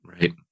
Right